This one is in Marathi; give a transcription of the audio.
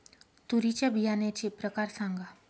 तूरीच्या बियाण्याचे प्रकार सांगा